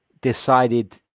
decided